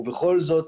ובכל זאת,